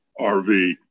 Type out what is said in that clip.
RV